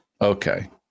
Okay